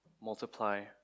multiply